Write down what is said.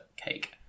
cake